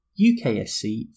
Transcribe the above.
UKSC